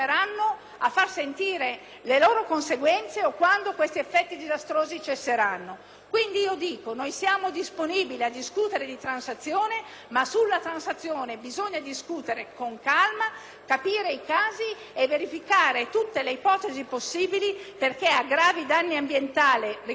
Quindi, dico che siamo disponibili a discutere di transazione, ma su di essa bisogna discutere con calma, capire i casi e verificare tutte le ipotesi possibili perché a gravi danni ambientali - ricordo che sono siti di interesse nazionale - non si aggiungano ulteriori e più gravi danni per il territorio e per l'ambiente.